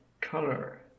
color